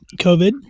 COVID